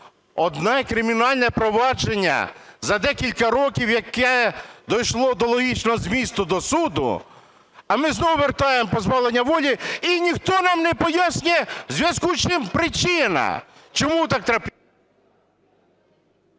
одне кримінальне провадження за декілька років, яке дійшло до логічного змісту, до суду. А ми знову вертаємо позбавлення волі, і ніхто нам не пояснює, у зв'язку з чим, причина, чому так...